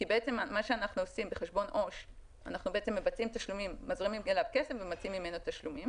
כי בחשבון עו"ש אנחנו מזרימים אליו כסף ומבצעים ממנו תשלומים